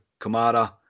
Kamara